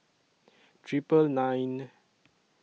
Triple nine